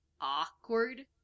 awkward